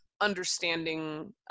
understanding